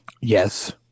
Yes